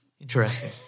Interesting